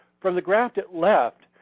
for the graph at left,